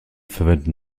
verwenden